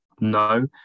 No